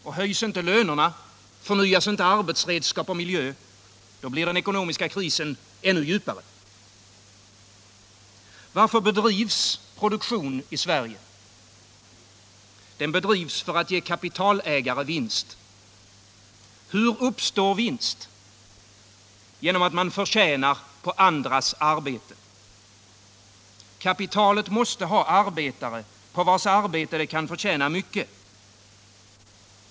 Och höjs inte lönerna, förnyas inte arbetsredskap och miljö — då blir den ekonomiska krisen än värre. Varför bedrivs produktion i Sverige? Den bedrivs för att ge kapitalägare vinst. Hur uppstår vinst? Genom att man förtjänar på andras arbete. Kapitalet måste ha arbetare, på vilkas arbete det kan förtjäna mycket.